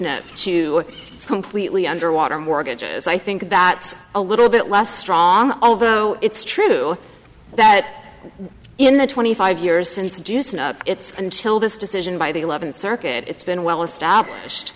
apply to completely underwater mortgages i think about a little bit less strong over it's true that in the twenty five years since the juice and it's until this decision by the eleventh circuit it's been well established